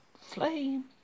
flame